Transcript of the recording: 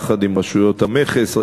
יחד עם רשויות המכס,